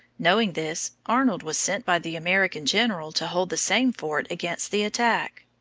knowing this, arnold was sent by the american general to hold the same fort against the attack.